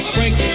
Frank